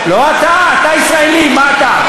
לא אתה, אתה ישראלי, מה אתה?